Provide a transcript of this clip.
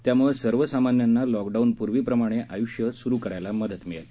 त्यामुळं सर्वसामान्यांना लॉकडाऊन पूर्वीप्रमाणे आयुष्य सुरू करायला मदत मिळेल